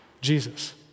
Jesus